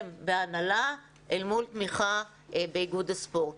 בהנהלה אל מול תמיכה באיגוד הספורט.